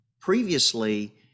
previously